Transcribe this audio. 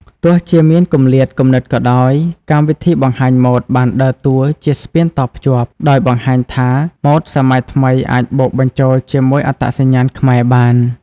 ទោះជាមានគម្លាតគំនិតក៏ដោយ កម្មវិធីបង្ហាញម៉ូដបានដើរតួជា ស្ពានតភ្ជាប់ ដោយបង្ហាញថាម៉ូដសម័យថ្មីអាចបូកបញ្ចូលជាមួយអត្តសញ្ញាណខ្មែរបាន។